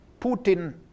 Putin